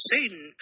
Satan